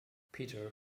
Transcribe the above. peter